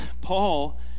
Paul